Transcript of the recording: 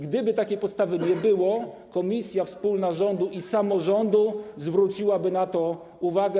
Gdyby takiej podstawy nie było, to komisja wspólna rządu i samorządu zwróciłaby na to uwagę.